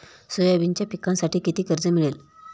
सोयाबीनच्या पिकांसाठी किती कर्ज मिळेल?